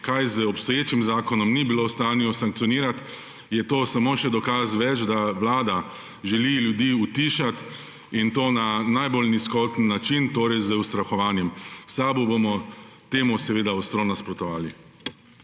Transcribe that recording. kaj z obstoječim zakonom ni bilo v stanju sankcionirati, je to samo še dokaz več, da vlada želi ljudi utišati, in to na najbolj nizkoten način, torej z ustrahovanjem. V SAB bomo temu seveda ostro nasprotovali.